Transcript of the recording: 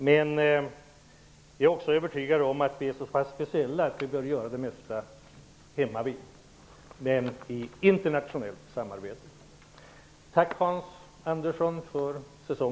Jag är också övertygad att vi är så speciella att vi bör göra det mesta hemmavid, men i internationellt samarbete. Tack för säsongen, Hans Andersson!